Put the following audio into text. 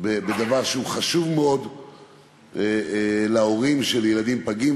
בדבר שהוא חשוב מאוד להורים של ילדים פגים.